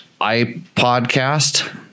ipodcast